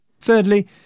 Thirdly